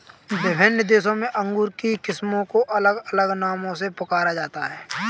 विभिन्न देशों में अंगूर की किस्मों को अलग अलग नामों से पुकारा जाता है